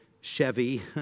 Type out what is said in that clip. Chevy